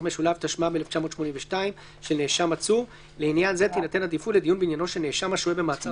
העצורים והאסירים המרבי שניתן להביא תוך עמידה בהמלצות